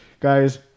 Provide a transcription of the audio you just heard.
Guys